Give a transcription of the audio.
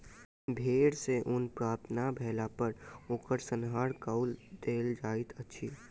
भेड़ सॅ ऊन प्राप्ति नै भेला पर ओकर संहार कअ देल जाइत अछि